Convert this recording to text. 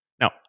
Now